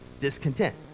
discontent